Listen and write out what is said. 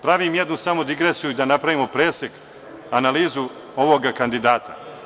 Pravim jednu digresiju da napravimo presek, analizu ovog kandidata.